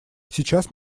сейчас